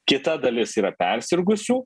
kita dalis yra persirgusių